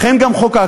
לכן גם חוקקנו,